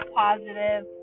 positive